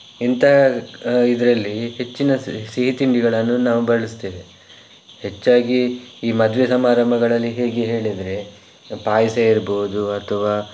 ಇಂತಹ ಇದರಲ್ಲಿ ಹೆಚ್ಚಿನ ಸಿಹಿತಿಂಡಿಗಳನ್ನು ನಾವು ಬಳಸ್ತೇವೆ ಹೆಚ್ಚಾಗಿ ಈ ಮದುವೆ ಸಮಾರಂಭಗಳಲ್ಲಿ ಹೇಗೆ ಹೇಳಿದರೆ ಪಾಯಸ ಇರಬಹುದು ಅಥವಾ